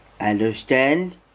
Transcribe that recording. Understand